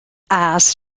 ass